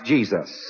Jesus